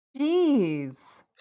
Jeez